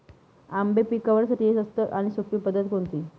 आंबे पिकवण्यासाठी स्वस्त आणि सोपी पद्धत कोणती?